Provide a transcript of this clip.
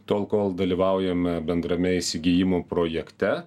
tol kol dalyvaujame bendrame įsigijimų projekte